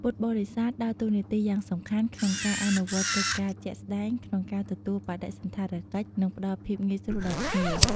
ពួកគាត់ជាកម្លាំងចលករដ៏សំខាន់នៅពីក្រោយការរៀបចំ និងការស្វាគមន៍។